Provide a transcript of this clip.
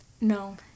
No